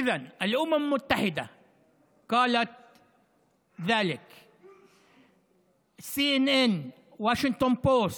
ארצות הברית אמרה זאת, CNN, וושינגטון פוסט,